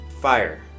fire